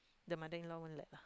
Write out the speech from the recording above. the mother in law won't let lah